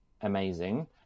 Amazing